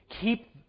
keep